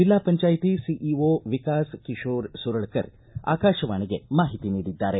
ಜಿಲ್ಲಾ ಪಂಚಾಯ್ತಿ ಸಿಇಓ ವಿಕಾಸ ಕಿಶೋರ ಸುರಳಕರ ಆಕಾಶವಾಣಿಗೆ ಮಾಹಿತಿ ನೀಡಿದ್ದಾರೆ